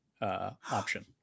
option